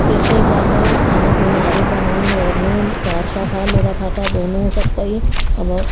त्यस्तै गर्दै खानापिनाहरू बनाउनुओर्नु घर सफा लुगाफाटा धुनु सबै अब